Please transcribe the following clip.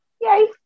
yay